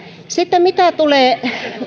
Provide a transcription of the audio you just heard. sitten mitä tulee